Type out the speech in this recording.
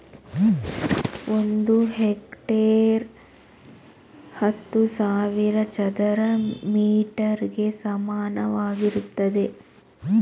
ಒಂದು ಹೆಕ್ಟೇರ್ ಹತ್ತು ಸಾವಿರ ಚದರ ಮೀಟರ್ ಗೆ ಸಮಾನವಾಗಿರುತ್ತದೆ